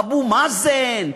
אבו מאזן,